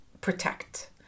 protect